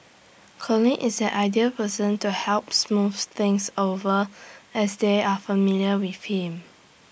Colin is the ideal person to help smooth things over as they are familiar with him